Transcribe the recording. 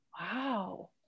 Wow